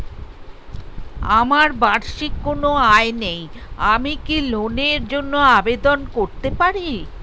আমার বার্ষিক কোন আয় নেই আমি কি লোনের জন্য আবেদন করতে পারি?